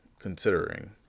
considering